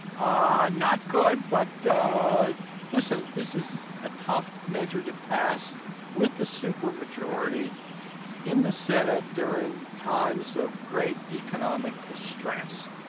ah not good, but listen this is a tough measure to pass with the super majority in the senate during times of great economic distress.